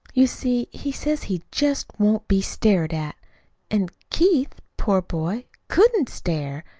you see he says he just won't be stared at an' keith, poor boy, couldn't stare,